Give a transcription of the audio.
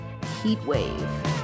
Heatwave